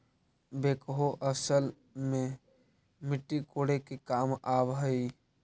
backhoe असल में मट्टी कोड़े के काम आवऽ हई